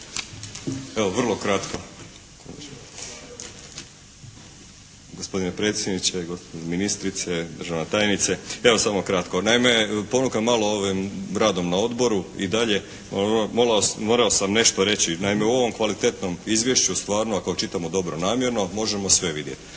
Evo vrlo kratko. Gospodine predsjedniče, gospođo ministrice, državna tajnice, evo samo kratko. Naime, ponukan malo ovim radom na odboru i dalje, morao sam nešto reći. Naime u ovom kvalitetnom izvješću stvarno ako čitamo dobronamjerno, možemo sve vidjeti.